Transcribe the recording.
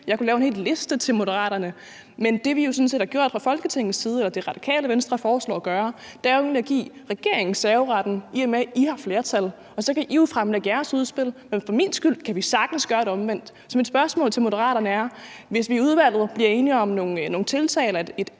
jeg kunne lave en hel liste til Moderaterne. Men det, vi jo sådan set har gjort fra Folketingets side, og som Radikale Venstre foreslår at gøre, er egentlig at give regeringen serveretten, i og med at I har flertal. Så kan I jo fremlægge jeres udspil. Men for min skyld kan vi sagtens gøre det omvendt. Så mit spørgsmål til Moderaterne er: Hvis vi i udvalget bliver enige om nogle tiltag